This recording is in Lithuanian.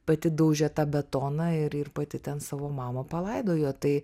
pati daužė tą betoną ir ir pati ten savo mamą palaidojo tai